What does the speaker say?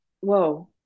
whoa